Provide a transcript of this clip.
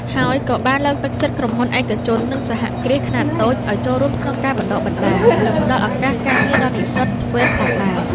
ហើយក៏បានលើកទឹកចិត្តក្រុមហ៊ុនឯកជន និងសហគ្រាសខ្នាតតូចឱ្យចូលរួមក្នុងការបណ្តុះបណ្តាល និងផ្តល់ឱកាសការងារដល់និស្សិត ធ្វេត TVET ផងដែរ។